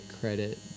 credit